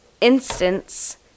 instance